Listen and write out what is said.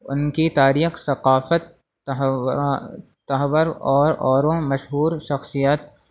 ان کی تاریخ ثقافت تہوار اور اور مشہور شخصیت